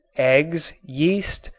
eggs, yeast,